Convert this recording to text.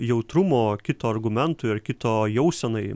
jautrumo kito argumentui ar kito jausenai